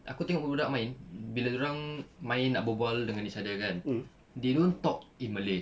aku tengok budak-budak main bila dorang main nak berbual dengan each other kan they don't talk in malay